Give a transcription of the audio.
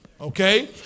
Okay